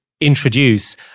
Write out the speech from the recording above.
introduce